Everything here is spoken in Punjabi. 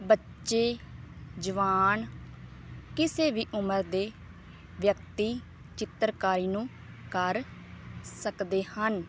ਬੱਚੇ ਜਵਾਨ ਕਿਸੇ ਵੀ ਉਮਰ ਦੇ ਵਿਅਕਤੀ ਚਿੱਤਰਕਾਰੀ ਨੂੰ ਕਰ ਸਕਦੇ ਹਨ